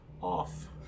off